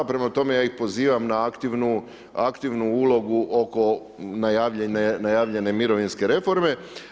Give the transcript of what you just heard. Prema tome, ja ih pozivam na aktivnu ulogu oko najavljene mirovinske reforme.